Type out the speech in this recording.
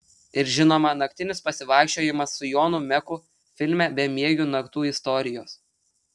ir žinoma naktinis pasivaikščiojimas su jonu meku filme bemiegių naktų istorijos